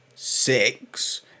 Six